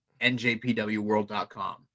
NJPWWorld.com